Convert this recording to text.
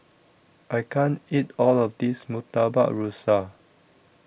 I can't eat All of This Murtabak Rusa